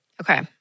okay